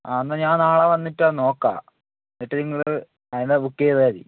ആ എന്നാൽ ഞാൻ നാളെ വന്നിട്ട് നോക്കാം എന്നിട്ട് നിങ്ങൾ അതിനെ ബുക്ക് ചെയ്താൽ മതി